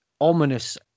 ominous